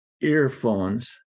earphones